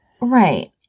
Right